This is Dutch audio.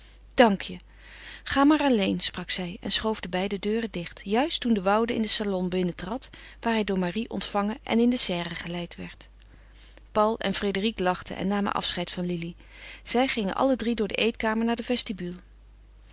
je ga maar alleen sprak zij en schoof de beide deuren dicht juist toen de woude in den salon binnentrad waar hij door marie ontvangen en in de serre geleid werd paul en frédérique lachten en namen afscheid van lili zij gingen alle drie door de eetkamer naar de